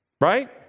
Right